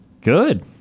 good